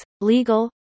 legal